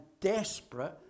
desperate